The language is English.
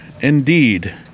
indeed